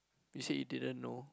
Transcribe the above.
you said you didn't know